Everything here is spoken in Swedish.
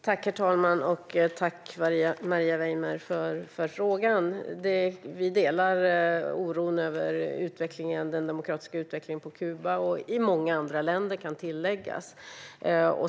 Herr talman! Tack, Maria Weimer, för frågan! Vi delar oron över den demokratiska utvecklingen på Kuba och i många andra länder, kan tilläggas.